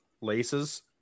Laces